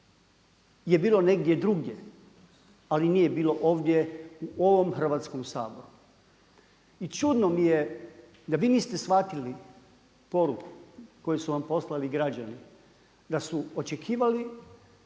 je bilo negdje drugdje, ali nije bilo ovdje u ovom Hrvatskom saboru. I čudno mi je da vi niste shvatili poruku koju su vam poslali građani da su očekivali